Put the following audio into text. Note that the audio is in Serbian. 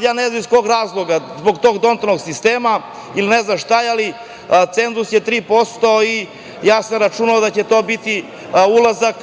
ja ne znam iz kog razloga. Da li zbog tog Dontovog sistema ili ne znam šta, ali cenzus je 3% i ja sam računao da će to biti ulazak